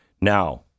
Now